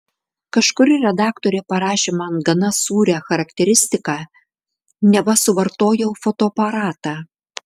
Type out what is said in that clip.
kažkuri redaktorė parašė man gana sūrią charakteristiką neva suvartojau fotoaparatą